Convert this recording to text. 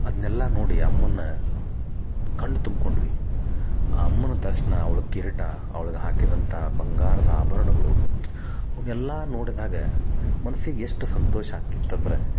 ಅದ್ನೆಲ್ಲ ನೋಡಿ ಅಮ್ಮನ್ನ ಕಣ್ತುಂಬ್ಕೊಂಡ್ವಿ ಆ ಅಮ್ಮನ ದರ್ಶನ ಅವ್ಳ ಕೀರಿಟ ಅವ್ಳ್ಗ ಹಾಕಿದಂಥ ಬಂಗಾರದ ಆಭರಣಗಳು ಅವನ್ನೆಲ್ಲ ನೋಡಿದಾಗ ಮನ್ಸಿಗೆ ಎಷ್ಟು ಸಂತೋಷ ಆಗ್ತಿತ್ತಂದ್ರ